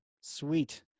Sweet